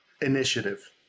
Initiative